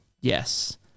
Yes